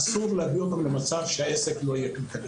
אסור להביא אותם למצב שהעסק לא יהיה כלכלי.